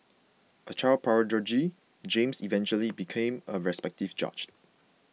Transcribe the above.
a child prodigy James eventually became a respected judge